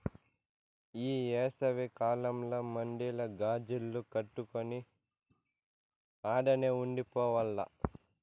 ఈ ఏసవి కాలంల మడిల గాజిల్లు కట్టుకొని ఆడనే ఉండి పోవాల్ల